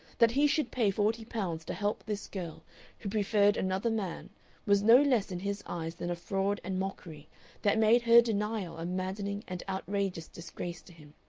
that he should pay forty pounds to help this girl who preferred another man was no less in his eyes than a fraud and mockery that made her denial a maddening and outrageous disgrace to him.